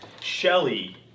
Shelly